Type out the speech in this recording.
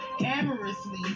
Amorously